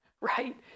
Right